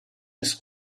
des